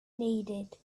needed